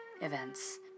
events